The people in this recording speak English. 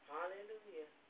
Hallelujah